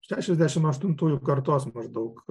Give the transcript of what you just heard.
šešiasdešimt aštuntųjų kartos maždaug